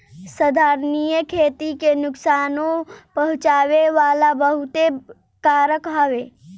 संधारनीय खेती के नुकसानो पहुँचावे वाला बहुते कारक हवे